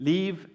Leave